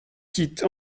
quitte